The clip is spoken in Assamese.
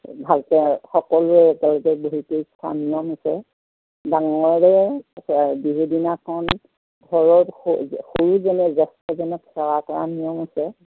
ভালকৈ সকলোৱে একেলগে বহি কৰি খোৱাৰ নিয়ম আছে ডাঙৰে বিহু দিনাখন ঘৰৰ সৰুজনে জ্যেষ্ঠজনক সেৱা কৰাৰ নিয়ম আছে